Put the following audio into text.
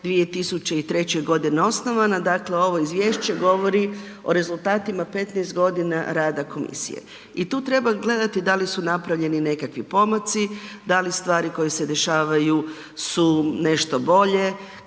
2003. g. osnovana, dakle ovo izvješće govori o rezultatima 15 g. rada komisije i tu treba gledati da li su napravljeni nekakvi pomaci, da li stvari koje se dešavaju su nešto bolje,